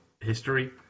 history